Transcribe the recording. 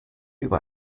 über